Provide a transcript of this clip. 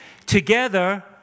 Together